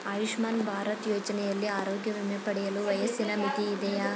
ಆಯುಷ್ಮಾನ್ ಭಾರತ್ ಯೋಜನೆಯಲ್ಲಿ ಆರೋಗ್ಯ ವಿಮೆ ಪಡೆಯಲು ವಯಸ್ಸಿನ ಮಿತಿ ಇದೆಯಾ?